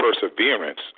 perseverance